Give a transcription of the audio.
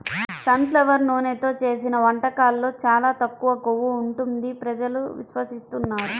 sun flower నూనెతో చేసిన వంటకాల్లో చాలా తక్కువ కొవ్వు ఉంటుంది ప్రజలు విశ్వసిస్తున్నారు